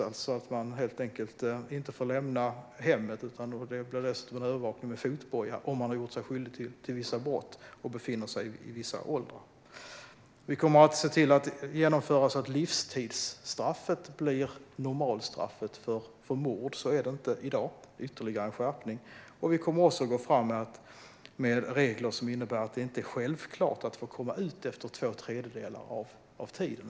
Det handlar alltså helt enkelt om att man inte får lämna hemmet utan kommer att övervakas via fotboja om man har gjort sig skyldig till vissa brott och är i viss ålder. Vi kommer att se till att genomföra en ändring så att livstidsstraff blir normalstraffet för mord. Så är det inte i dag, så det är ytterligare en skärpning. Vi kommer även att gå fram med regler som innebär att det inte är självklart att man får komma ut efter två tredjedelar av tiden.